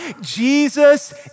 Jesus